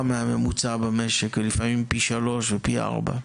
מהממוצע במשק ולפעמים פי שלושה ופי ארבעה,